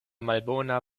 malbona